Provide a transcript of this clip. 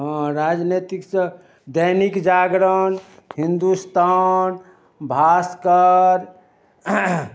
हँ राजनैतिक सँ दैनिक जागरण हिन्दुस्तान भाष्कर